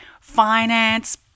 finance